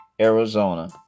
Arizona